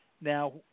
Now